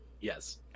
Yes